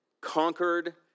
conquered